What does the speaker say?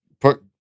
put